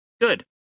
Good